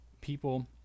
people